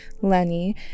Lenny